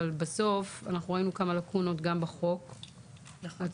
אבל בסוף אנחנו ראינו כמה לקונות בחוק הצבאי,